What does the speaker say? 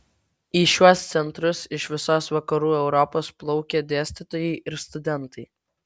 į šiuos centrus iš visos vakarų europos plaukė dėstytojai ir studentai